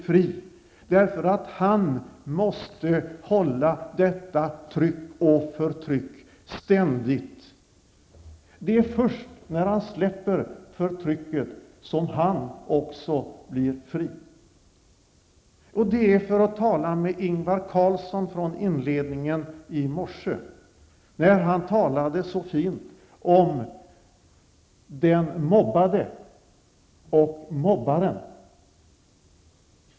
Förtryckaren måste ju ständigt hålla fast vid sitt tryck och förtryck. Det är först när förtryckaren släpper sitt förtryck som han också blir fri. För att göra en koppling till vad Ingvar Carlsson sade i morse vill jag säga följande. Han talade mycket fint om den mobbade och om mobbaren.